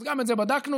גם את זה בדקנו,